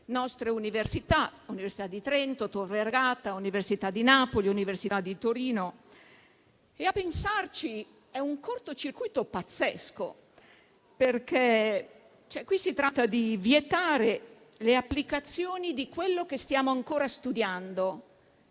nostre università (l'Università di Trento, Tor Vergata, l'Università di Napoli, l'Università di Torino). A pensarci è un corto circuito pazzesco, perché qui si tratta di vietare le applicazioni di quello che stiamo ancora studiando.